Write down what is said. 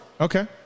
okay